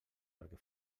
perquè